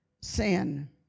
Sin